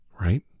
Right